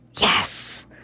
Yes